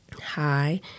Hi